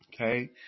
Okay